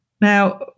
now